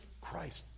Christ